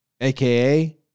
aka